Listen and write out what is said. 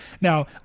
Now